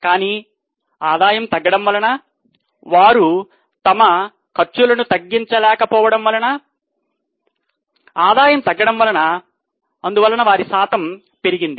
కానీ ఆదాయం తగ్గడం వలన వారు తమ ఖర్చులను తగ్గించ లేక పోవడం వలన ఆదాయం తగ్గడం వలన అందువల్ల వారి శాతము పెరిగింది